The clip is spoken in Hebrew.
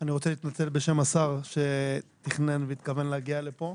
אני רוצה להתנצל בשם השר שתכנן והתכוון להגיע לפה,